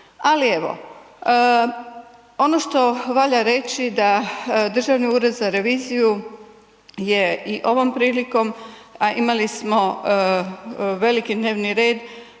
Ali evo, ono što valja reći da Državni ured za reviziju je i ovom prilikom a imali smo veliki dnevni red,